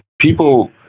people